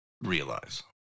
realize